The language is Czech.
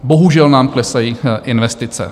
Bohužel nám klesají investice.